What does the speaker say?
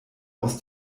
aus